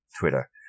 Twitter